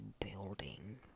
building